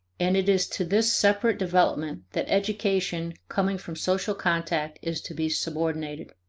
and it is to this separate development that education coming from social contact is to be subordinated.